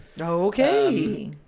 Okay